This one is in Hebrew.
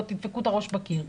תדפקו את הראש בקיר,